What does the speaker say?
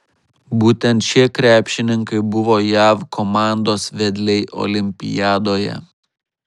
būtent šie krepšininkai buvo jav komandos vedliai olimpiadoje